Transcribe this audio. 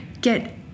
get